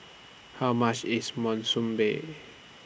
How much IS Monsunabe